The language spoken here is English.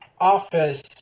office